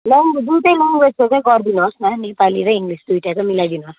लौ बुझेनौ उयेसको गरिदिनुहोस् न नेपाली र इङ्ग्लिस दुइवटैको मिलाइ दिनुहोस् न